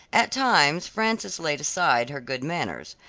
at times frances laid aside her good manners.